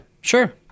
Sure